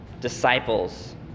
disciples